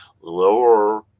lower